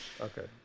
Okay